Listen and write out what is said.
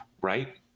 right